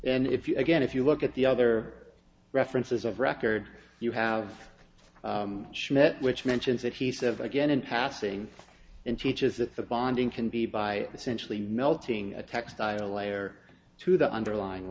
and if you again if you look at the other references of record you have shown that which mentions it he said again in passing and teaches that the bonding can be by essentially melting a textile layer to the underlying